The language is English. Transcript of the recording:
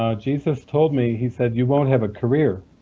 um jesus told me, he said, you won't have a career.